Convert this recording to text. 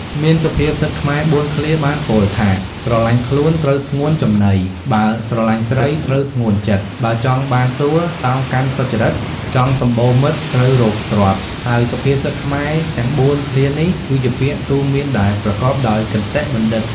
មានសុភាសិតខ្មែរ៤ឃ្លាបានពោលថា ស្រឡាញ់ខ្លួន ត្រូវស្ងួនចំណី បើស្រឡាញ់ស្រី ត្រូវស្ងួនចិត្ត បើចង់បានសួគ៌ តោងកាន់សុចរិត ចង់សំបូរមិត្ត ត្រូវរកទ្រព្យ ហើយសុភាសិតខ្មែរទាំង៤ឃ្លានេះ គឺជាពាក្យទូន្មានដែលប្រកបដោយគតិបណ្ឌិត។